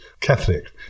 catholic